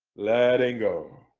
letting go